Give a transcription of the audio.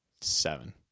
seven